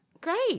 Great